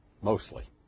mostly